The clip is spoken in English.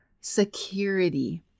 security